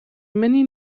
many